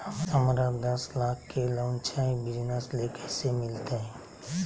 हमरा दस लाख के लोन चाही बिजनस ले, कैसे मिलते?